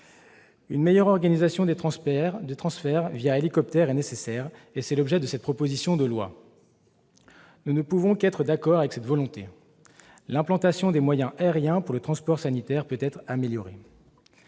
Une meilleure organisation des transferts l'hélicoptère est nécessaire. C'est l'objet de cette proposition de loi. Nous ne pouvons qu'être d'accord avec cette volonté. L'implantation des moyens aériens pour le transport sanitaire peut être améliorée.